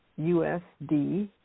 USD